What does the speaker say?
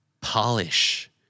Polish